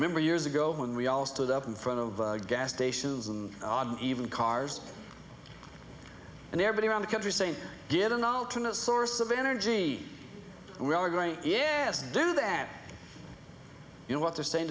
remember years ago when we all stood up in front of gas stations and even cars and everybody around the country saying get an alternate source of energy we are going yes do that you know what they're saying